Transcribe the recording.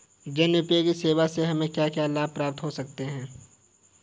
जनोपयोगी सेवा से हमें क्या क्या लाभ प्राप्त हो सकते हैं?